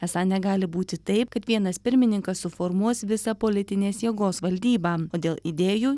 esą negali būti taip kad vienas pirmininkas suformuos visą politinės jėgos valdybą o dėl idėjų